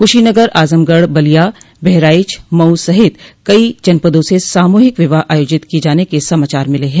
कुशीनगर आजमगढ़ बलिया बहराइच मऊ सहित कई जनपदों से सामूहिक विवाह आयोजित किये जाने के समाचार मिले हैं